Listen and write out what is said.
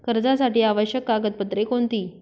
कर्जासाठी आवश्यक कागदपत्रे कोणती?